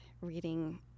reading